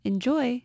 Enjoy